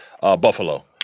Buffalo